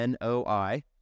NOI